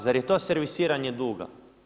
Zar je to servisiranje duga?